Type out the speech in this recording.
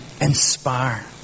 inspire